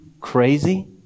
crazy